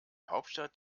hauptstadt